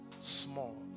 Small